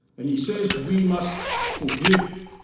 and he says we must forgive